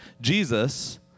Jesus